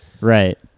Right